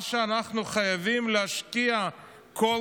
מה שאנחנו חייבים להשקיע בו,